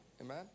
Amen